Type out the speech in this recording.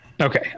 Okay